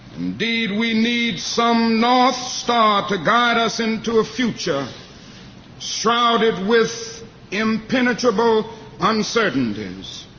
indeed, we need some north star to guide us into a future shrouded with impenetrable uncertainties.